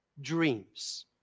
dreams